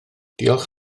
diolch